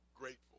grateful